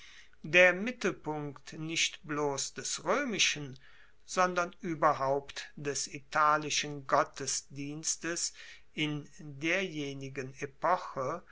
der mittelpunkt nicht bloss des roemischen sondern ueberhaupt des italischen gottesdienstes in derjenigen epoche